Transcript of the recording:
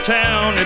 town